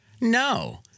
No